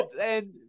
and-